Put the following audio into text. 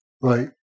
Right